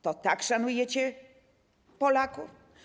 To tak szanujecie Polaków?